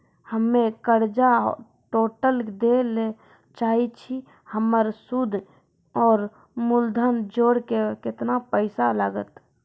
हम्मे कर्जा टोटल दे ला चाहे छी हमर सुद और मूलधन जोर के केतना पैसा लागत?